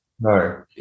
no